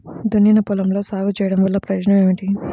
దున్నిన పొలంలో సాగు చేయడం వల్ల ప్రయోజనం ఏమిటి?